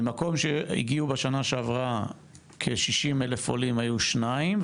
ממקום שהגיעו בשנה שעברה כ-60,000 עולים היו שניים,